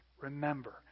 Remember